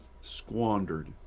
squandered